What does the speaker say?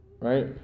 right